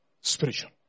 spiritual